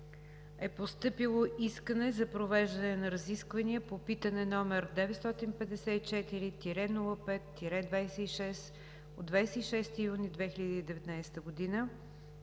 е постъпило искане за провеждане на разисквания по Питане, № 954-05-26, от 26 юни 2019 г.